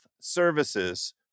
Services